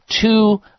two